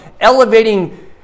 elevating